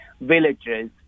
villages